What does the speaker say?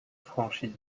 franchises